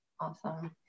Awesome